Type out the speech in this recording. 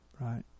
right